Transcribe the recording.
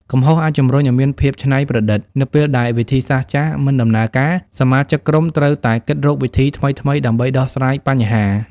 កំហុសអាចជំរុញឲ្យមាន ភាពច្នៃប្រឌិត។ នៅពេលដែលវិធីសាស្ត្រចាស់មិនដំណើរការ សមាជិកក្រុមត្រូវតែគិតរកវិធីថ្មីៗដើម្បីដោះស្រាយបញ្ហា។